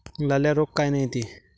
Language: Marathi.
लाल्या रोग कायनं येते?